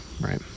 right